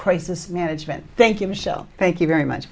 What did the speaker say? crisis management thank you michelle thank you very much